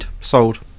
sold